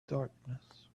darkness